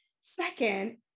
Second